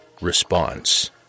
Response